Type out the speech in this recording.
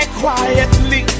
quietly